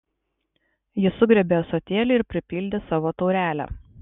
jis sugriebė ąsotėlį ir pripildė savo taurelę